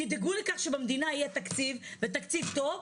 תדאגו לכך שבמדינה יהיה תקציב ותקציב טוב,